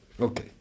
Okay